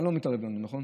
אתה לא מתערב לנו, נכון,